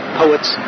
poets